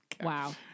Wow